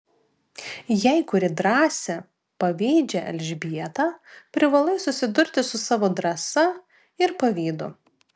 jei kuri drąsią pavydžią elžbietą privalai susidurti su savo drąsa ir pavydu